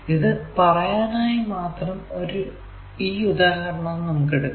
അത് പറയാനായി മാത്രം ഈ ഉദാഹരണം നമുക്ക് എടുക്കാം